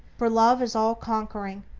for love is all-conquering,